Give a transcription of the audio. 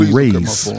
raise